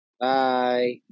Bye